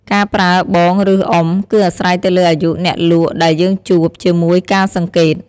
ការប្រើ “បង” ឬ “អ៊ុំ” គឺអាស្រ័យទៅលើអាយុអ្នកលក់ដែលយើងជួប ជាមួយការសង្កេត។